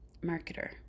marketer